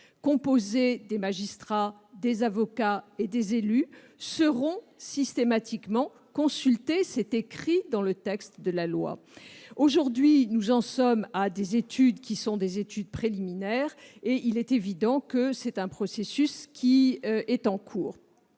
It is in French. composés de magistrats, d'avocats et d'élus, seront systématiquement consultés. C'est écrit dans le texte de la loi ! Aujourd'hui, nous en sommes à des études préliminaires. Il est évident que ce processus est en cours.